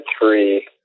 three